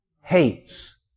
hates